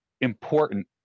important